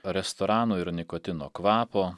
restorano ir nikotino kvapo